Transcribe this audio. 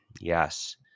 Yes